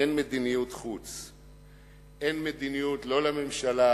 אין מדיניות חוץ, אין מדיניות לא לממשלה